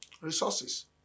resources